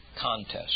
contest